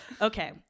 Okay